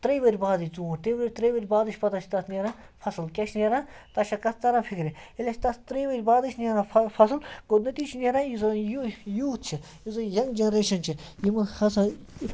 ترٛیٚیہِ وٕہٕرۍ بادٕے ژوٗنٛٹھۍ ترٛیٚیہِ وٕہٕرۍ بادٕے چھِ پَتہٕ اَسہِ تَتھ نیران فَصٕل کیٛاہ چھِ نیران تۄہہِ چھا کَتھ تَران فِکرٕ ییٚلہِ اَسہِ تَتھ ترٛیٚیہِ وٕہٕرۍ بادٕے چھِ نیران فہ فَصٕل گوٚو نٔتیٖجہِ چھُ نیران یُس زَن یوٗ یوٗتھ چھِ یُس زَن یَنٛگ جَنریشَن چھِ یِمہٕ ہَسا